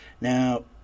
Now